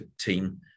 team